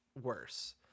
worse